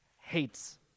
hates